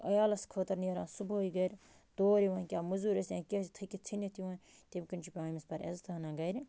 عیالَس خٲطرٕ نٮ۪ران صُبحٲے گَرِ تور یِوان کیٚنہہ موٚزوٗرٕے ٲسۍ تَن یا کیٚنہہ آسہِ تھکِتھ ژھنِتھ یِوان تٔمۍ کِنۍ چھِ أمِس پَتہٕ عزتٕہٕٲناں گَرِ